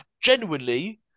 genuinely